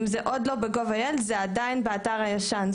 אם זה עוד לא ב-gov.il זה עדיין באתר הישן,